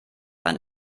ein